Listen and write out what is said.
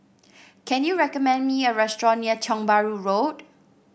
can you recommend me a restaurant near Tiong Bahru Road